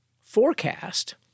forecast